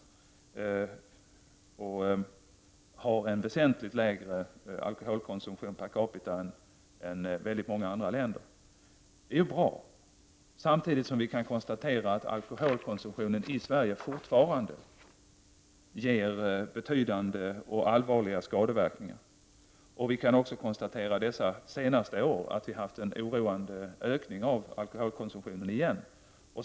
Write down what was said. Sverige har alltså en väsentligt lägre konsumtion av alkohol per capita än väldigt många andra länder. Det är bra. Samtidigt kan vi konstatera att alkoholkonsumtionen i Sverige fortfarande ger betydande och allvarliga skador. Vi kan även konstatera att Sverige även under de senaste åren haft en oroande ökning av alkoholkonsumtionen igen.